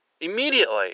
Immediately